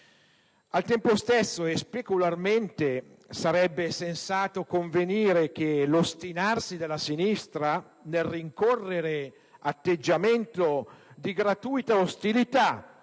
Al tempo stesso, e specularmente, sarebbe sensato convenire sul fatto che l'ostinarsi della sinistra nel rincorrere atteggiamenti di gratuita ostilità